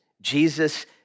Jesus